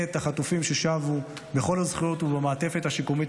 את החטופים ששבו בכל הזכויות ובמעטפת השיקומית